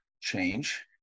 change